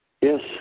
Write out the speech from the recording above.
Yes